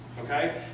Okay